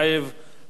חבר הכנסת זאב בילסקי,